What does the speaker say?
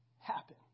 happen